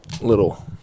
Little